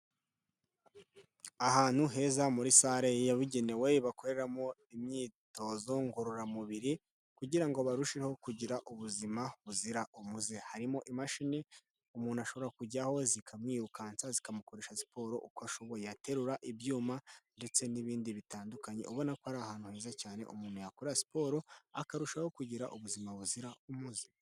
Ahantu heza muri sare yabugenewe bakoreramo imyitozo ngororamubiri kugira ngo barusheho kugira ubuzima buzira umuze. Harimo imashini umuntu ashobora kujyaho zikamwirukansa zikamukoresha siporo uko ashoboye yaterura ibyuma ndetse n'ibindi bitandukanye ubona ko ari ahantu heza cyane umuntu yakora siporo akarushaho kugira ubuzima buzira umuze.